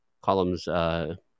Columns